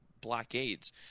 blockades